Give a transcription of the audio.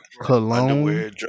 cologne